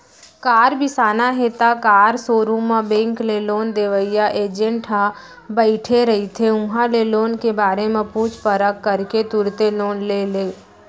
car बिसाना हे त कार सोरूम म बेंक ले लोन देवइया एजेंट ह बइठे रहिथे उहां ले लोन के बारे म पूछ परख करके तुरते लोन ले ले